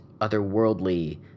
otherworldly